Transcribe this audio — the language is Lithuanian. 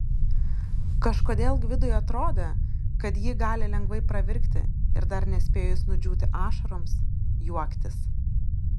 kažkodėl gvidui atrodė kad ji gali lengvai pravirkti ir dar nespėjus nudžiūti ašaroms juoktis